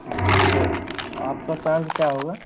हाँ तो आपका चार्ज क्या होगा